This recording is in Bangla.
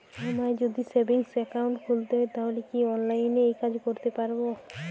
আমায় যদি সেভিংস অ্যাকাউন্ট খুলতে হয় তাহলে কি অনলাইনে এই কাজ করতে পারবো?